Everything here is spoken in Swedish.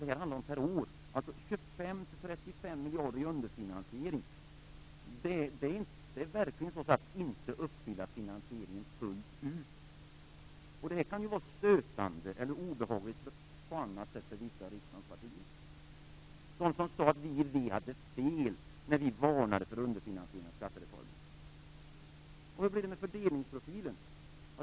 Det handlar om 25-35 miljarder i underfinansiering per år. Det är verkligen att inte uppfylla finansieringen fullt ut. Det kan vara stötande eller obehagligt på annat sätt för vissa av riksdagens partier, som sade att vi hade fel när vi varnade för underfinansiering av skattereformen. Hur blev det med fördelningsprofilen?